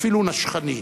אפילו נשכני.